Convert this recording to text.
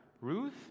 Ruth